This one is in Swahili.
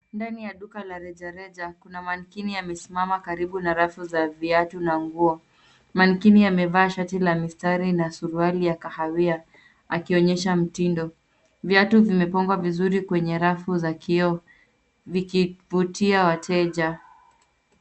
Ndani ya duka la rejareja kuna manikini amesimama karibu na rafu za viatu na nguo. Manikini amevaa shati la mistari na suruali ya kahawia akionyesha mtindo. Viatu vimepangwa vizuri kwenye rafu za kioo vikivutia wateja.